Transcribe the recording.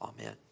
Amen